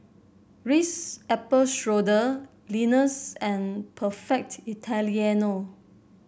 Ritz Apple Strudel Lenas and Perfect Italiano